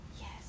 Yes